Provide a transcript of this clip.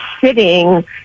sitting